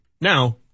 Now